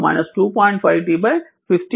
5 t 15 అవుతుంది